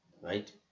right